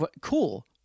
cool